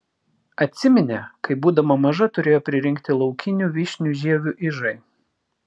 atsiminė kai būdama maža turėjo pririnkti laukinių vyšnių žievių ižai